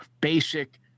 basic